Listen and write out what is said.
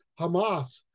Hamas